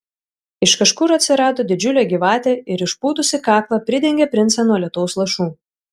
iš kažkur atsirado didžiulė gyvatė ir išpūtusi kaklą pridengė princą nuo lietaus lašų